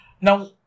Now